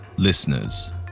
Listeners